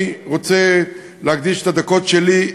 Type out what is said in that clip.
אני רוצה להקדיש את הדקות שלי,